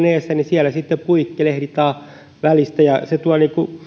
edessä niin siellä sitten puikkelehditaan välistä ja se tuo